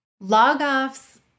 Log-offs